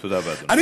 תודה, אדוני.